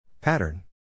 Pattern